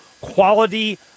quality